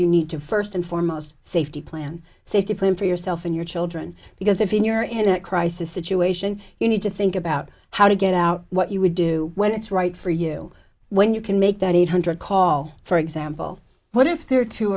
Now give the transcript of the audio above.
you need to first and foremost safety plan safety plan for yourself and your children because if you're in a crisis situation you need to think about how to get out what you would do when it's right for you when you can make that eight hundred call for example what if they're too